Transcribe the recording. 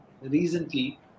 recently